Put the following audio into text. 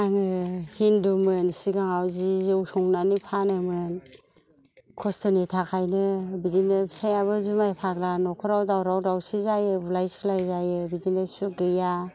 आङो हिन्दुमोन सिगांयाव जि जौ संनानै फानोमोन खस्थ'नि थाखायनो बिदिनो फिसायाबो जुमाय फाग्ला न'खराव दावराव दावसि जायो बुलाय सोलाय जायो बिदिनो सुख गैया